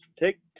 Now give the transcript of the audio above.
Take